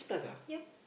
yup